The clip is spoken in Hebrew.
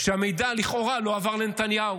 המידע לכאורה לא עבר לנתניהו,